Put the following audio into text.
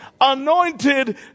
anointed